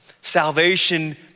Salvation